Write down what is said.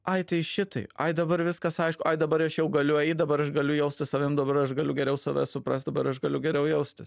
ai tai šitai ai dabar viskas aišku dabar aš jau galiu eit dabar aš galiu jaustis savim dabar aš galiu geriau save suprast dabar aš galiu geriau jaustis